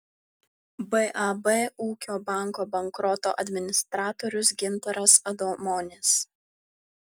bab ūkio banko bankroto administratorius gintaras adomonis